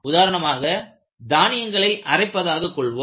உதாரணமாக தானியங்களை அரைப்பதாக கொள்வோம்